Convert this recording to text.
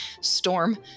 Storm